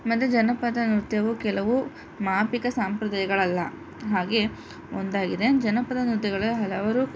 ಮತ್ತು ಜನಪದ ನೃತ್ಯವೂ ಕೆಲವು ಮಾಪಿಕ ಸಂಪ್ರದಾಯಗಳಲ್ಲ ಹಾಗೆ ಒಂದಾಗಿದೆ ಜನಪದ ನೃತ್ಯಗಳಲ್ಲಿ ಹಲವಾರು